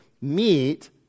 meet